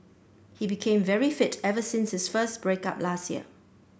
he became very fit ever since his first break up last year